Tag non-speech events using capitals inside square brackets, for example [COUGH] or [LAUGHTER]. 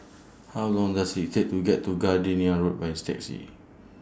[NOISE] How Long Does IT Take to get to Gardenia Road By Taxi